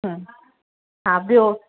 ह हा ॿियो